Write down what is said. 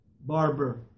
barber